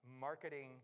marketing